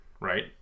right